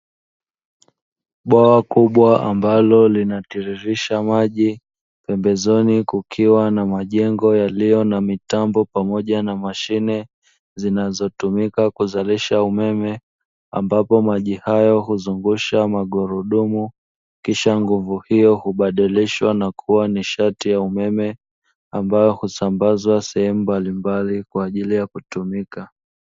Bwawa kubwa ambalo linatiririsha maji, pembezoni kukiwa na majengo yaliyo na mitambo, pamoja na mashine zinazotumika kuzalisha umeme, ambapo maji hayo huzungusha magurudumu, kisha nguvu hiyo hubadilishwa na kuwa nishati ya umeme ambayo husambazwa sehemu mbalimbali kwa ajili ya kutumika.